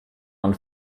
man